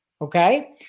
okay